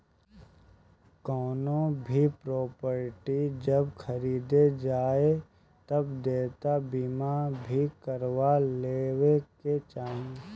कवनो भी प्रापर्टी जब खरीदे जाए तअ देयता बीमा भी करवा लेवे के चाही